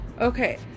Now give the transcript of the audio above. Okay